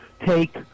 take